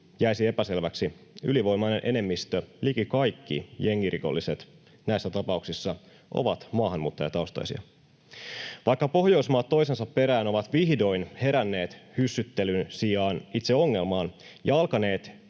jäisi epäselväksi, ylivoimainen enemmistö, liki kaikki jengirikolliset, näissä tapauksissa on maahanmuuttajataustaisia. Vaikka Pohjoismaat toisensa perään ovat vihdoin heränneet hyssyttelyn sijaan itse ongelmaan ja alkaneet